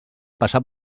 passar